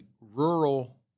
rural